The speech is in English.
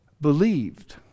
believed